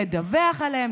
לדווח עליהם,